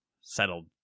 settled